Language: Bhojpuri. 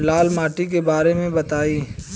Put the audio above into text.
लाल माटी के बारे में बताई